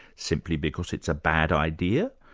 simply because it's a bad idea?